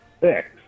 Six